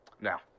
Now